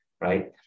right